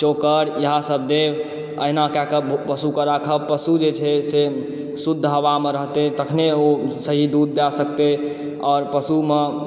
चोकर इएह सब देब एहिना कए कऽ पशुके राखब पशु जे छै से शुद्ध हवामे रहतै तखने ओ सही दूध दए सकतै और पशुमे